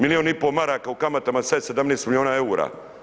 Milijun i pol maraka u kamatama, sad je 17 milijuna eura.